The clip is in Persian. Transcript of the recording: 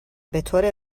بطور